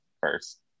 first